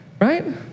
right